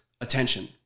attention